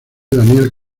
daniel